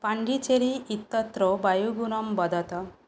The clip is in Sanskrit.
पाण्डिचेरी इत्यत्र वायुगुणं वदत